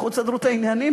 לכו סדרו את העניינים,